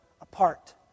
apart